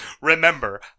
Remember